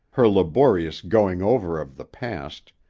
her laborious going-over of the past,